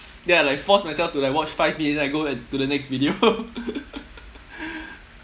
ya like force myself to like watch five minutes then I go to the next video